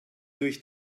durch